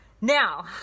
Now